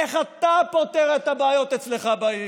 איך אתה פותר את הבעיות אצלך בעיר?